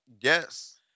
Yes